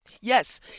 yes